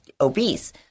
obese